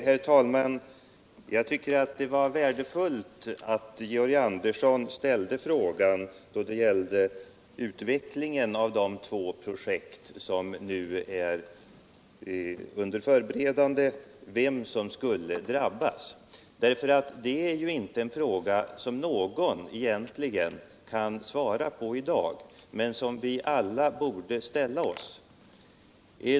Herr talman! Jag tycker att det var värdefullt att Georg Andersson ställde frågan vem som skulle drabbas av de två projekt som nu är under förberedelse. Det är en fråga som egentligen inte någon kan svara på i dag men som vi alla borde ställa oss.